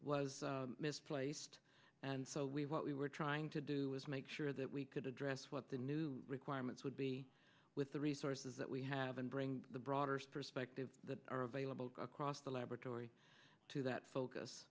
was misplaced and so we what we were trying to do was make sure that we could address what the new requirements would be with the resources that we have and bring the broader perspective that are available go across the laboratory to that focus